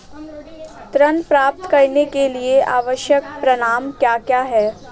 ऋण प्राप्त करने के लिए आवश्यक प्रमाण क्या क्या हैं?